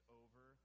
over